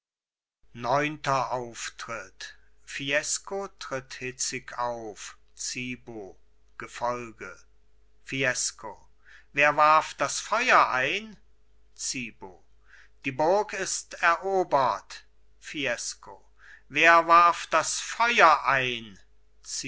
neunter auftritt fiesco tritt hitzig auf zibo gefolge fiesco wer warf das feuer ein zibo die burg ist erobert fiesco wer warf das feuer ein